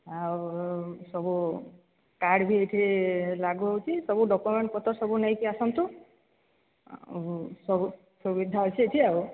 ଆଉ ସବୁ କାର୍ଡ୍ ବି ଏଠି ଲାଗୁ ହେଉଛି ସବୁ ଡକ୍ୟୁମେଣ୍ଟ ପତ୍ର ସବୁ ନେଇକି ଆସନ୍ତୁ ଆଉ ସବୁ ସୁବିଧା ଅଛି ଏଠି ଆଉ